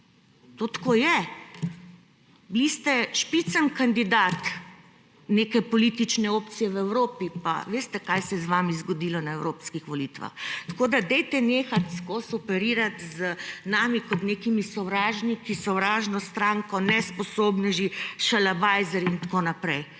to tako je. Bili ste špicenkandidat neke politične opcije v Evropi, pa veste, kaj se je z vami zgodilo na evropskih volitvah. Tako da nehajte vseskozi operirati z nami kot nekimi sovražniki, sovražno stranko, nesposobnežih, šalabajzerjih in tako naprej.